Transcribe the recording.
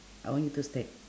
I want you to stack